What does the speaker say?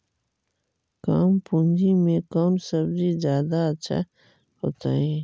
कम पूंजी में कौन सब्ज़ी जादा अच्छा होतई?